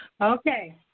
Okay